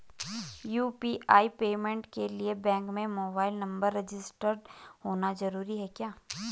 UPI payment के लिए bank में मोबाइल नंबर रजिस्टर्ड होना जरूरी है क्या?